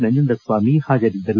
ನಂಜುಂಡಸ್ವಾಮಿ ಹಾಜರಿದ್ದರು